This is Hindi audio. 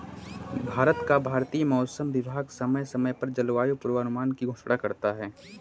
भारत का भारतीय मौसम विभाग समय समय पर जलवायु पूर्वानुमान की घोषणा करता है